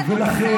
לא,